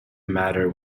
matter